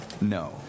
No